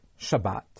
Shabbat